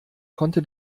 konnte